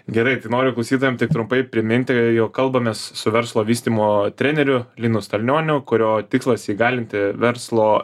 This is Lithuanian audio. gerai tai noriu klausytojam tik trumpai priminti jog kalbamės su verslo vystymo treneriu linu stalnioniu kurio tikslas įgalinti verslo